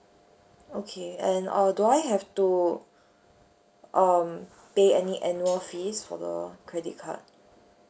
okay and err do I have to um pay any annual fees for the credit card